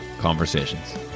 conversations